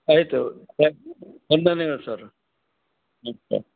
ಆಯಿತು ತ್ಯಾ ವಂದನೆಗಳು ಸರ್ ಮತ್ತೆ